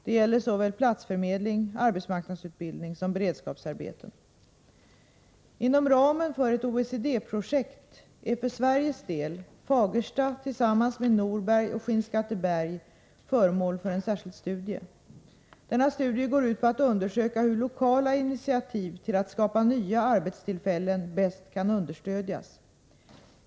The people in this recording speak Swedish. Det gäller såväl platsförmedling, arbetsmarknadsutbildning som beredskapsarbeten. Inom ramen för ett OECD-projekt är för Sveriges del Fagersta tillsammans med Norberg och Skinnskatteberg föremål för en särskild studie. Denna studie går ut på att undersöka hur lokala initiativ till att skapa nya arbetstillfällen bäst kan understödjas.